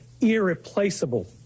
irreplaceable